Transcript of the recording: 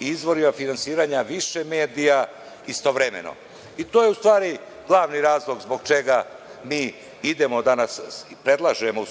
izvorima finansiranja više medija istovremeno. To je u stvari glavni razlog zbog čega mi danas predlažemo